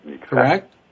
correct